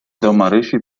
marysi